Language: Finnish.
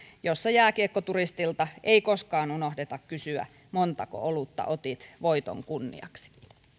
jossa jääkiekkoturistilta ei koskaan unohdeta kysyä montako olutta otit voiton kunniaksi